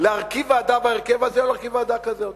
להרכיב ועדה בהרכב הזה או להרכיב ועדה כזאת.